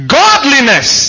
godliness